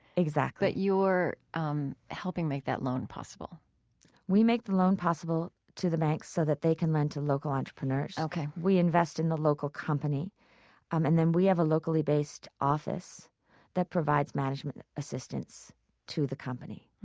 exactly but you're um helping make that loan possible we make the loan possible to the banks so that they can lend to local entrepreneurs ok we invest in the local company um and then we have a locally based office that provides management assistance to the company.